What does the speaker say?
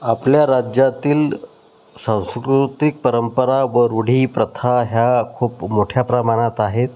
आपल्या राज्यातील सांस्कृतिक परंपरा व रूढी प्रथा ह्या खूप मोठ्या प्रमाणात आहेत